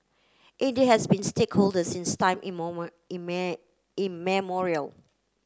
India has been stakeholder since time immemorial